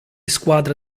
squadra